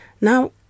Now